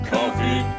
Coffee